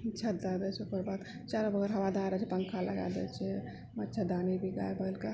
छत दय दे छै ओकरबाद छत बहुत हवादार रहैछ पंखा लगा देइछै मच्छरदानी भी गाय बैलके